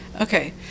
Okay